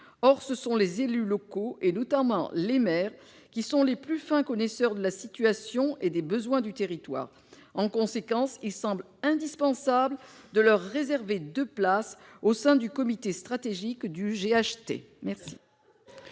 Or, ce sont les élus locaux, notamment les maires, qui sont les plus fins connaisseurs de la situation et des besoins du territoire. En conséquence, il semble indispensable de leur réserver deux places au sein du comité stratégique du GHT.